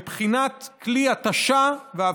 בבחינת כלי התשה והפחתה.